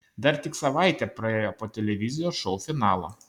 dar tik savaitė praėjo po televizijos šou finalo